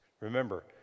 Remember